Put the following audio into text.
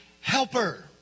helper